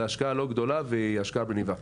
זו השקעה לא גדולה, והיא השקעה מניבה.